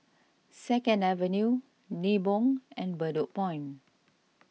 Second Avenue Nibong and Bedok Point